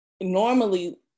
normally